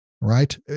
right